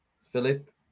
Philip